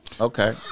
Okay